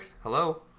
hello